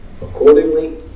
Accordingly